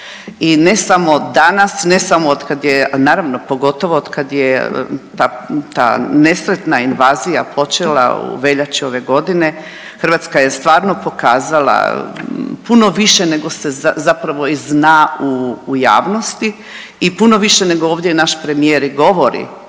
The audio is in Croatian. i ne samo danas, ne samo od kad je, naravno pogotovo od kad je ta nesretna invazija počela u veljači ove godine, Hrvatska je stvarno pokazala puno više nego se zapravo i zna u javnosti i puno više nego je ovdje naš premijer i govorio